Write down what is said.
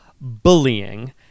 bullying